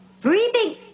breathing